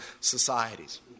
societies